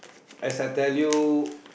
as I tell you